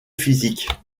physiques